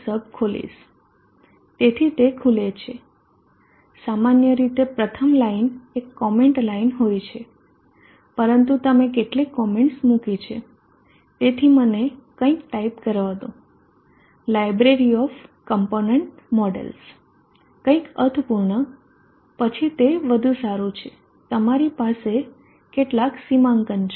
sub ખોલીશ તેથી તે ખુલે છે સામાન્ય રીતે પ્રથમ લાઈન એક કૉમેન્ટ લાઈન હોય છે પરંતુ તમે કેટલીક કોમેન્ટસ મૂકી છે તેથી મને કંઇક ટાઈપ કરવા દો લાઇબ્રેરી ઓફ કોમ્પોનન્ટ મોડેલ્સ કંઇક અર્થપૂર્ણ પછી તે વધુ સારું છે તમારી પાસે કેટલાક સીમાંકન છે